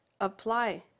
apply